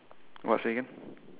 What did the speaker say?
what say again